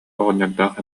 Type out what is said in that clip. оҕонньордоох